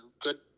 Good